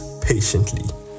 patiently